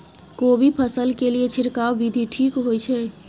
कोबी फसल के लिए छिरकाव विधी ठीक होय छै?